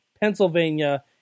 Pennsylvania